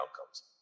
outcomes